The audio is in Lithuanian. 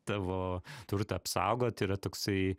tavo turtą apsaugot yra toksai